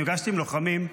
נפגשתי עם לוחמים,